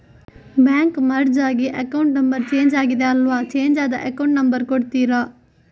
Bank merge ಆಗಿ account number change ಆಗಿದೆ ಅಲ್ವಾ, ಚೇಂಜ್ ಆದ ಅಕೌಂಟ್ ನಂಬರ್ ಕೊಡ್ತೀರಾ?